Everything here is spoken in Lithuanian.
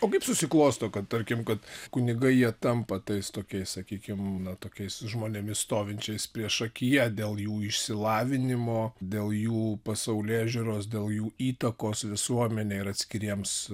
o kaip susiklosto kad tarkim kad kunigai jie tampa tais tokiais sakykim na tokiais žmonėmis stovinčiais priešakyje dėl jų išsilavinimo dėl jų pasaulėžiūros dėl jų įtakos visuomenei ir atskiriems